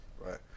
right